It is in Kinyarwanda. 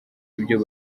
ibyo